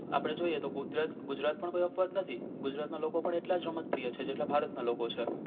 આપણે જોઈએ તો ગુજરાત ગુજરાત પણ કોઈ અપવાદ નથી ગુજરાતનાં લોકો પણ એટલા જ રમતપ્રિય છે જેટલા ભારતના લોકો છે